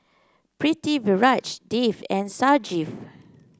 Pritiviraj Dev and Sanjeev